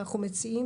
אנחנו מציעים